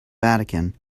vatican